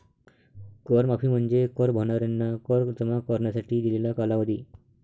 कर माफी म्हणजे कर भरणाऱ्यांना कर जमा करण्यासाठी दिलेला कालावधी